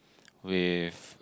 with